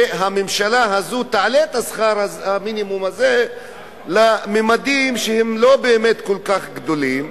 שהממשלה הזאת תעלה את שכר המינימום הזה לממדים שהם לא כל כך גדולים,